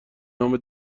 نام